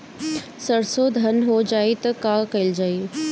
सरसो धन हो जाई त का कयील जाई?